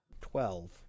Twelve